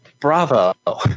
bravo